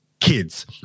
kids